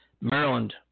Maryland